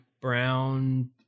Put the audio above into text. brown